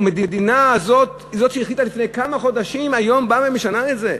שהמדינה היא זאת שהחליטה לפני כמה חודשים היום באה ומשנה את זה?